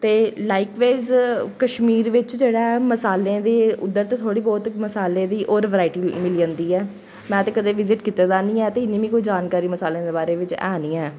ते likewise Kashmir बिच्च जेह्ड़ा ऐ मसाले दे उद्धर थोह्ड़ी बोह्त मसालें दी होर वैरायटी मिली जंदी ऐ में ते कदें विजिट कीते दा निं ऐ ते इन्नी मिगी कोई जानकारी मसालें दे बारे बिच्च ऐ निं ऐ